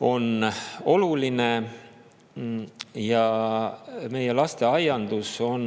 on oluline. Ja meie lasteaiandus on